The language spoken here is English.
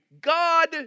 God